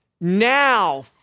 Now